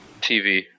TV